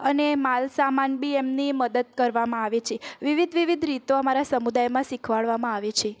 અને માલ સામાન બી એમની મદદ કરવામાં આવે છે વિવિધ વિવિધ રીતો અમારા સમુદાયમાં શીખવાડવામાં આવે છે